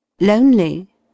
Lonely